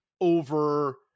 over